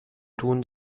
tun